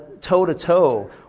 toe-to-toe